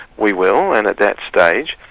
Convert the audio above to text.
we will, and at that stage,